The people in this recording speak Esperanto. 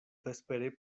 vespere